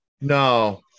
No